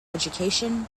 education